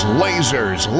lasers